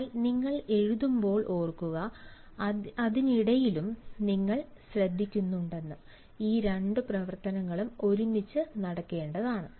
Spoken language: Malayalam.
എന്നാൽ നിങ്ങൾ എഴുതുമ്പോൾ ഓർക്കുക അതിനിടയിലും നിങ്ങൾ ശ്രദ്ധിക്കുന്നുണ്ടെന്ന് ഈ രണ്ട് പ്രവർത്തനങ്ങളും ഒരുമിച്ച് നടക്കേണ്ടതാണ്